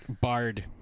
Bard